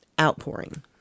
outpouring